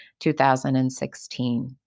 2016